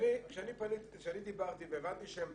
כשאני דיברתי והבנתי שהם